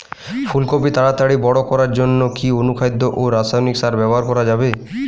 ফুল কপি তাড়াতাড়ি বড় করার জন্য কি অনুখাদ্য ও রাসায়নিক সার ব্যবহার করা যাবে?